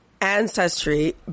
Ancestry